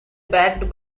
backed